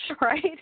right